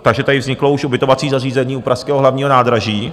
Takže tady už vzniklo ubytovací zařízení u pražského Hlavního nádraží.